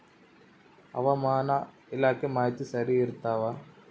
ಹವಾಮಾನ ಇಲಾಖೆ ಮಾಹಿತಿ ಸರಿ ಇರ್ತವ?